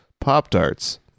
Pop-Tarts